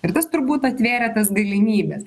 ir tas turbūt atvėrė tas galimybes